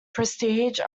prestige